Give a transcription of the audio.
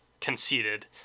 conceded